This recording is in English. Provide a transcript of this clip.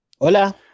Hola